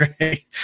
right